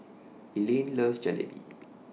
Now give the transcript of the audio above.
Elayne loves Jalebi